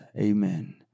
amen